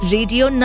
Radio